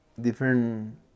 different